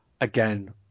Again